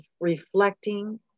reflecting